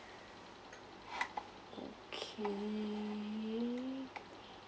okay